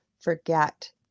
forget